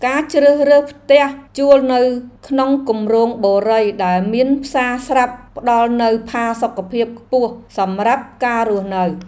ការជ្រើសរើសផ្ទះជួលនៅក្នុងគម្រោងបុរីដែលមានផ្សារស្រាប់ផ្តល់នូវផាសុកភាពខ្ពស់សម្រាប់ការរស់នៅ។